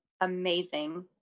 amazing